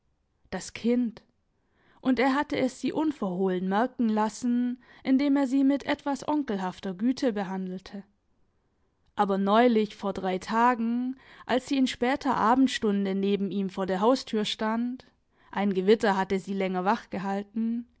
das kind und er hatte es sie unverhohlen merken lassen indem er sie mit etwas onkelhafter güte behandelte aber neulich vor drei tagen als sie in später abendstunde neben ihm vor der haustür stand ein gewitter hatte sie länger